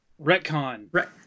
Retcon